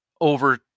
over